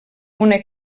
una